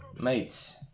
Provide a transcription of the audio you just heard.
Mates